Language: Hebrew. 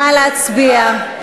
נא להצביע.